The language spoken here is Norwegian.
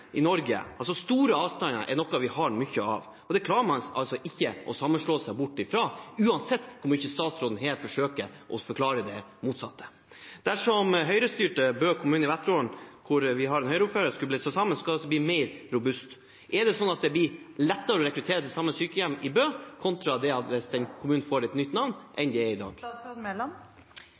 noe vi har mye av i Norge, det klarer man ikke å sammenslå seg bort ifra uansett hvor mye statsråden her forsøker å forklare det motsatte. Dersom Høyre-styrte Bø kommune i Vesterålen – der man har en Høyre-ordfører – skulle blitt slått sammen, skulle den altså bli mer robust. Er det sånn at det blir lettere å rekruttere til samme sykehjem i Bø hvis kommunen får et nytt navn, enn det er i dag?